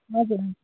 हजुर